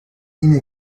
اینه